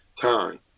time